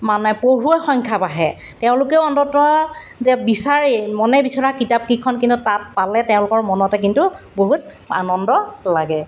মানে পঢ়ুৱৈ সংখ্যা বাঢ়ে তেওঁলোকেও অন্ততঃ যে বিচাৰে মনে বিচৰা কিতাপকেইখন কিন্তু তাত পালে তেওঁলোকৰ মনতে কিন্তু বহুত আনন্দ লাগে